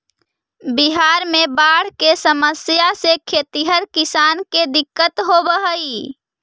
बिहार में बाढ़ के समस्या से खेतिहर किसान के दिक्कत होवऽ हइ